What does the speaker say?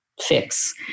fix